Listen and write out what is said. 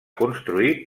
construir